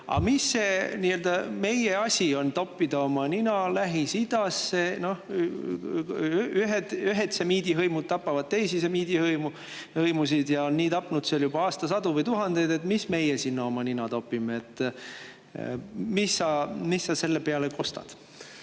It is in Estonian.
et mis see meie asi on, toppida oma nina Lähis-Idasse. Ühed semiidi hõimud tapavad teisi semiidi hõimusid ja on tapnud juba aastasadu või ‑tuhandeid. Mis meie sinna oma nina topime? Mis sa selle peale kostad?